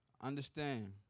Understand